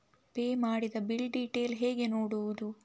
Pay ಮಾಡಿದ bill detail ಹೇಗೆ ನೋಡುವುದು?